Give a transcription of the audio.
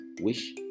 wish